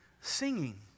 singing